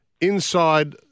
inside